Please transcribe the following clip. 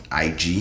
IG